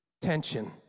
tension